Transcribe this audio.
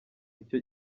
icyo